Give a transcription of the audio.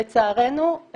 לצערנו,